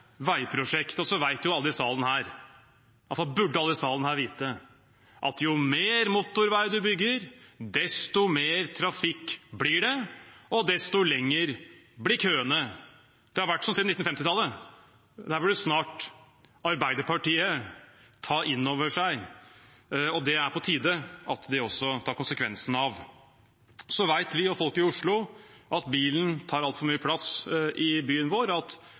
fall burde alle i salen her vite – at jo mer motorvei man bygger, desto mer trafikk blir det, og desto lengre blir køene. Det har vært slik siden 1950-tallet. Det burde Arbeiderpartiet snart ta inn over seg, og det er det på tide at vi også tar konsekvensen av. Vi og folk i Oslo vet at bilen tar altfor mye plass i byen vår, og at